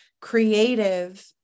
creative